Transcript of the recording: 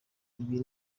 ibi